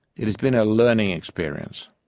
it has been a learning experience.